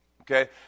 okay